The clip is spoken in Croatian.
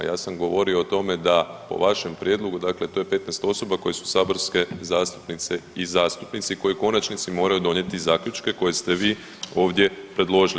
Ja sam govorio o tome da po vašem prijedlogu dakle to je 15 osoba koji su saborske zastupnice i zastupnici koji u konačnici moraju donijeti zaključke koje ste vi ovdje predložili.